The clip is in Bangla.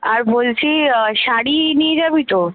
আর বলছি শাড়ি নিয়ে যাবি তো